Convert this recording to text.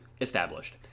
established